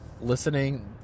listening